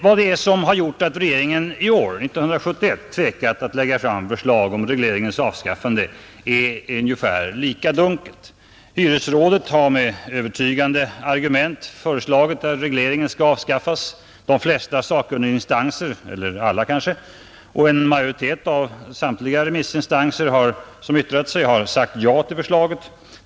Vad som gjort att regeringen i år, 1971, tvekat att lägga fram förslag om hyresregleringens avskaffande är ungefär lika dunkelt. Hyresrådet har med övertygande argument föreslagit att regleringen skall avskaffas, och de flesta eller kanske alla sakkunniga instanser och majoriteten av samtliga remissinstanser som yttrat sig har sagt ja till förslaget.